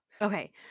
okay